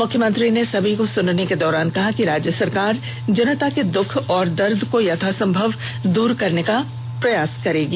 मुख्यमंत्री ने सभी को सुनने के दौरान कहा कि राज्य सरकार जनता के दृख और दर्द को यथासंभव दूर करने की कोषिष करेगी